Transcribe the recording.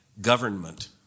government